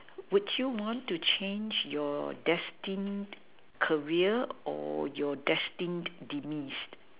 would you want to change your destined career or your destined demise